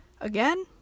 again